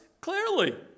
clearly